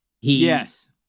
Yes